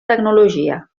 tecnologia